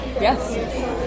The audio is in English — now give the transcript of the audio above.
Yes